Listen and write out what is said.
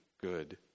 good